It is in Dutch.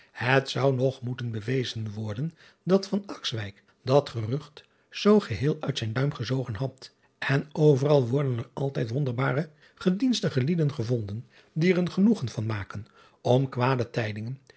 et zou nog moeten bewezen worden dat dat gerucht zoo geheel uit zijn duim gezogen had n overal worden er altijd wonderbare gedienstige lieden gevonden die er een genoegen van maken om kwade tijdingen